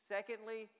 Secondly